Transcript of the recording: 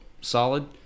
solid